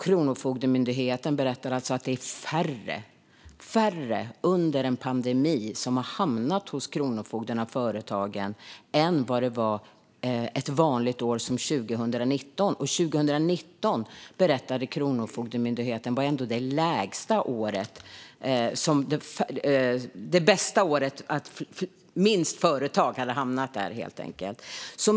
Kronofogdemyndigheten berättade alltså att under pandemin har färre av företagen hamnat hos kronofogden än under ett vanligt år som 2019, och 2019 var ändå, berättade Kronofogden, det bästa året, det år då det minsta antalet företag hade hamnat där.